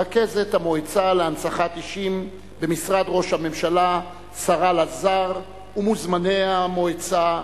רכזת המועצה להנצחת אישים במשרד ראש הממשלה שרה לזר ומוזמני המועצה,